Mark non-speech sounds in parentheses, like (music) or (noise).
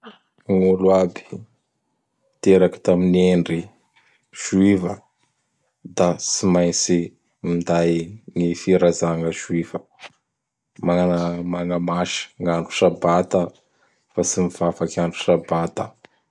Gn'olo aby teraky tam Endry Juiva da tsy maintsy minday gn firazagna Juifa. (noise) Magna-magnamasy gn'andro sabata fa tsy mivavaky andro sabata.